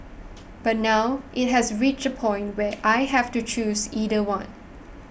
but now it has reached a point where I have to choose either one